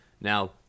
Now